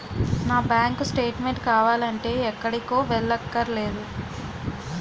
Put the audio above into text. నా bank statement కావాలంటే ఎక్కడికో వెళ్ళక్కర్లేకుండా ఫోన్లో ఒక్క మిస్కాల్ ఇస్తే చాలు